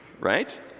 Right